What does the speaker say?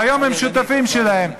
והיום הם שותפים שלהם.